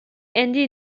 andy